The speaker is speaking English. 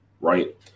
right